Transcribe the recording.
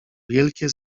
wielkie